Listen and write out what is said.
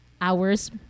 hours